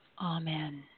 Amen